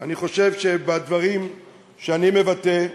אני חושב שבדברים שאני מבטא,